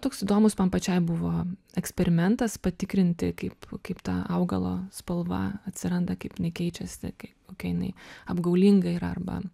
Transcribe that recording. toks įdomus man pačiai buvo eksperimentas patikrinti kaip kaip ta augalo spalva atsiranda kaip jinai keičiasi kai kokia jinai apgaulinga yra arba